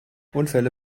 unfälle